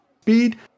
speed